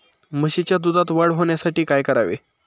म्हशीच्या दुधात वाढ होण्यासाठी काय करावे?